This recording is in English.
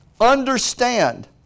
understand